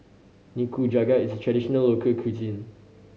nikujaga is traditional local cuisine